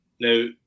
Now